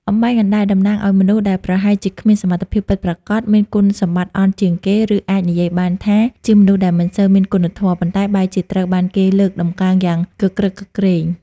អំបែងអណ្ដែត តំណាងឲ្យមនុស្សដែលប្រហែលជាគ្មានសមត្ថភាពពិតប្រាកដ មានគុណសម្បត្តិអន់ជាងគេ ឬអាចនិយាយបានថា ជាមនុស្សដែលមិនសូវមានគុណធម៌ ប៉ុន្តែបែរជាត្រូវបានគេលើកតម្កើងយ៉ាងគគ្រឹកគគ្រេង។